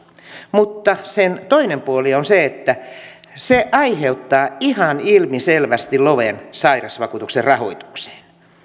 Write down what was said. mutta sen toinen puoli on se että se aiheuttaa ihan ilmiselvästi loven sairausvakuutuksen rahoitukseen